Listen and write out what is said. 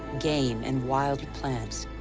game and wild plants.